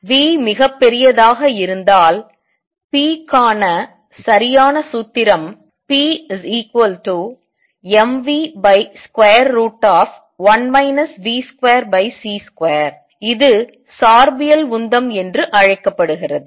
v மிக பெரியதாக இருந்தால் p கிக்கான சரியான சூத்திரம் pmv1 v2c2 இது சார்பியல் உந்தம் என்று அழைக்கப்படுகிறது